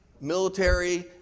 military